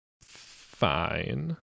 fine